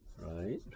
right